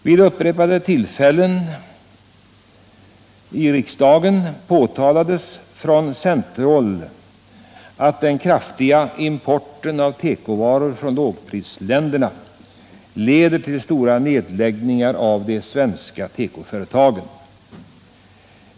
Vid upprepade tillfällen påtalades i riksdagen från centerhåll att den kraftiga importen av tekovaror från lågprisländerna leder till stora nedläggningar av de svenska tekoföretagen.